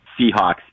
Seahawks